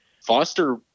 Foster